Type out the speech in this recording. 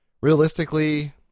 realistically